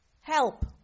Help